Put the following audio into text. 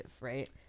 right